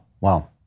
Wow